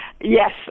yes